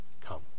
come